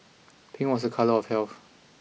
pink was a colour of health